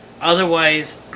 otherwise